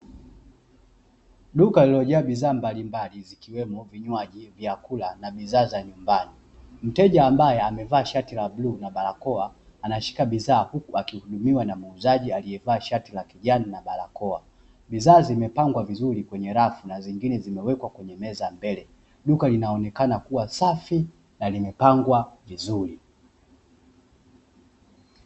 Duka lililojaa bidhaa mbalimbali ikiwemo vinywaji, vyakula na bidhaa za nyumbani. Mtu mmoja ambaye amevaa shati la blue na barakoa anashika bidhaa huku akihudumiwa na muuzaji aliyevaa shati la kijani na barakoa. Bidhaa zimepangwa vizuri kwenye rafu na zingine zimewekwa kwenye meza mbele. Duka linaonekana kuwa safi na limepakwa vizuri.